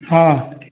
ହଁ